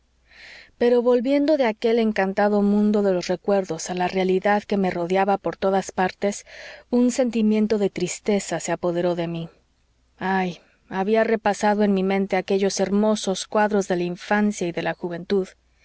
pero volviendo de aquel encantado mundo de los recuerdos a la realidad que me rodeaba por todas partes un sentimiento de tristeza se apoderó de mí ay había repasado en mi mente aquellos hermosos cuadros de la infancia y de la juventud